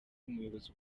umuyobozi